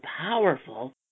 powerful